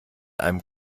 einem